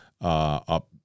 up